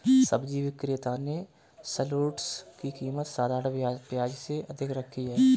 सब्जी विक्रेता ने शलोट्स की कीमत साधारण प्याज से अधिक रखी है